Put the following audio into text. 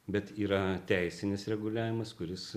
bet yra teisinis reguliavimas kuris